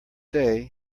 day